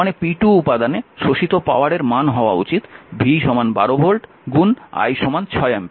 তার মানে p2 উপাদানে শোষিত পাওয়ারের মান হওয়া উচিত v 12 ভোল্ট I 6 অ্যাম্পিয়ার